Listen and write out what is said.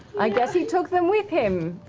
i guess he took them with him.